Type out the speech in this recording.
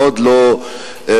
מאוד לא קבוע.